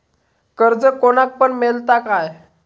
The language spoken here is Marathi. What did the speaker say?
कर्ज कोणाक पण मेलता काय?